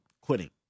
quitting